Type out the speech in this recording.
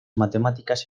matemáticas